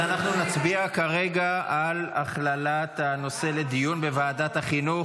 אז אנחנו נצביע כרגע על הכללת הנושא לדיון בוועדת החינוך.